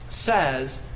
says